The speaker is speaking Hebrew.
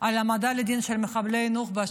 על העמדה לדין של מחבלי הנוח'בה,